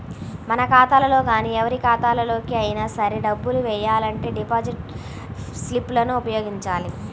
మన ఖాతాలో గానీ ఎవరి ఖాతాలోకి అయినా సరే డబ్బులు వెయ్యాలంటే డిపాజిట్ స్లిప్ లను ఉపయోగించాలి